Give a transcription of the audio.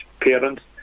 parents